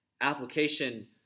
application